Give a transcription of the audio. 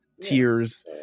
Tears